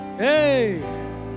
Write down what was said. Hey